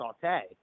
saute